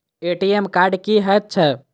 ATM card की हएत छै?